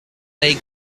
they